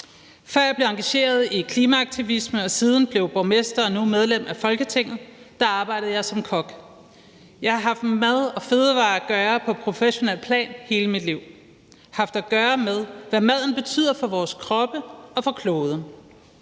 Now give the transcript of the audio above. Før jeg blev engageret i klimaaktivisme og siden borgmester og nu medlem af Folketinget, arbejdede jeg som kok. Jeg har haft med mad og fødevarer at gøre på professionelt plan hele mit liv. Jeg har haft at gøre med, hvad maden betyder for vores kroppe og for kloden.